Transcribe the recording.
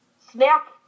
snap